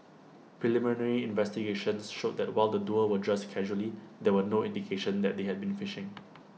preliminary investigations showed that while the duo were dressed casually there were no indication that they had been fishing